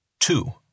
Two